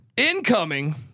Incoming